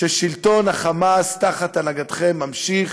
ששלטון ה"חמאס" תחת הנהגתכם ממשיך,